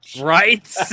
Right